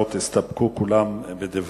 אהבתי